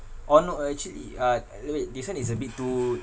orh no uh actually uh uh wait this [one] is a bit too